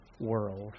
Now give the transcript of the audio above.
world